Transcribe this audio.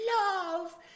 love